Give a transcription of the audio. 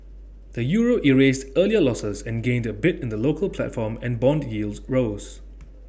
the euro erased earlier losses and gained A bit in the local platform and Bond yields rose